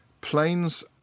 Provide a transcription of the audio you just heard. Planes